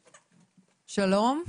שלום.